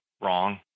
wrong